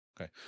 Okay